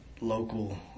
local